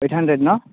eight hundred न